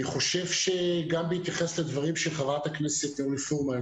גם בהתייחס לדברים של חברת הכנסת אורלי פרומן